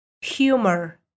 Humor